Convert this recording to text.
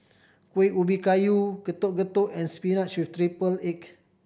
Kueh Ubi Kayu Getuk Getuk and spinach with triple egg